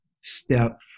step